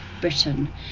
Britain